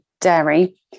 dairy